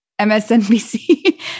MSNBC